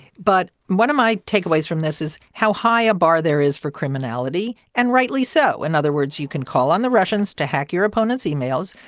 but one of my takeaways from this is how high a bar there is for criminality and rightly so. in other words, you can call on the russians to hack your opponent's emails.